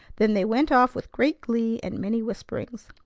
then they went off with great glee and many whisperings.